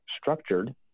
structured